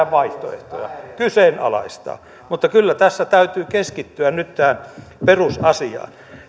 vaihtoehtoja kyseenalaistaa mutta kyllä tässä täytyy keskittyä nyt tähän perusasiaan